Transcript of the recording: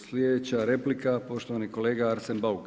Sljedeća replika poštovani kolega Arsen Bauk.